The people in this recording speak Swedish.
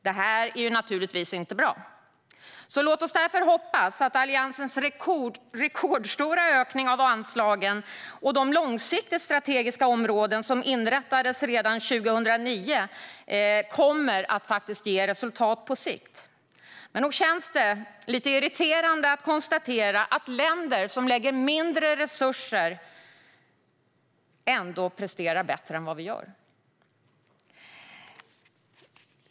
Detta är naturligtvis inte bra, så låt oss därför hoppas att Alliansens rekordstora ökning av anslagen och de långsiktiga strategiska områden som inrättades redan 2009 kommer att ge resultat på sikt. Det känns ändå lite irriterande att konstatera att länder som lägger mindre resurser än vi ändå presterar bättre än vad vi gör.